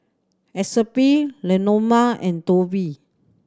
Epsie Leoma and Tobi